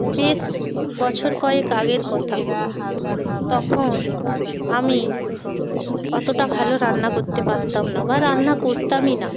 বেশ বছর কয়েক আগের কথা তখন আমি অতটা ভালো রান্না করতে পারতাম না বা রান্না করতামই না